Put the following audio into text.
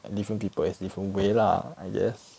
like different people is different way lah I guess